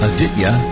Aditya